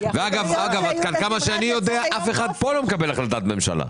ואגב עד כמה שאני יודע גם אף אחד פה לא מקבל החלטת ממשלה.